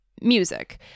music